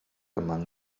among